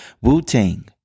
Wu-Tang